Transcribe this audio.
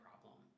problem